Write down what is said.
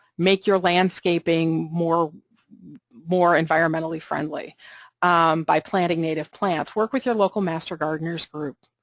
make your landscaping more more environmentally-friendly by planting native plants, work with your local master gardeners group